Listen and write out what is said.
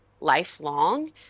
lifelong